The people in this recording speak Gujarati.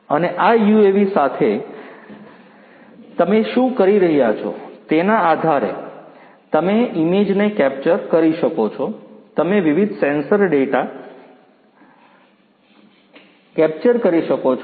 અને આ યુએવી સાથે તમે શું કરી રહ્યા છો તેના આધારે તમે ઇમેજ ને કેપ્ચર કરી શકો છો તમે વિવિધ સેન્સર ડેટા કેપ્ચર કરી શકો છો